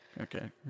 Okay